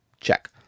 check